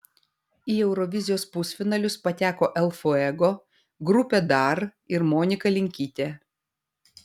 į eurovizijos pusfinalius pateko el fuego grupė dar ir monika linkytė